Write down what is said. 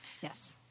Yes